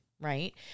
Right